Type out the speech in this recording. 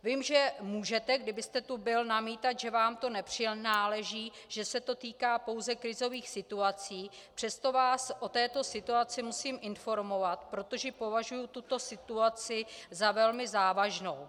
Vím, že můžete, kdybyste tu byl, namítat, že vám to nepřináleží, že se to týká pouze krizových situací, přesto vás o této situaci musím informovat, protože považuji tuto situaci za velmi závažnou.